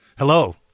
Hello